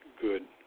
good